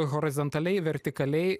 horizontaliai vertikaliai